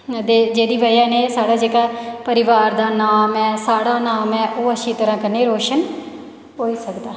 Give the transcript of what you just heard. ते जेह्दी बजह कन्नै साढ़ा जेह्का परिवार दा नाम ऐ साढ़ा नाम ऐ ओह् अच्छी तरह कन्नै रोशन होई सकै